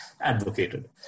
advocated